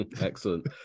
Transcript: Excellent